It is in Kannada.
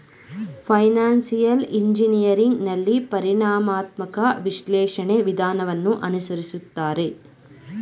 ಫೈನಾನ್ಸಿಯಲ್ ಇಂಜಿನಿಯರಿಂಗ್ ನಲ್ಲಿ ಪರಿಣಾಮಾತ್ಮಕ ವಿಶ್ಲೇಷಣೆ ವಿಧಾನವನ್ನು ಅನುಸರಿಸುತ್ತಾರೆ